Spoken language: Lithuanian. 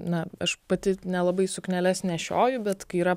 na aš pati nelabai sukneles nešioju bet kai yra